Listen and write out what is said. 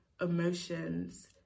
emotions